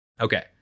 Okay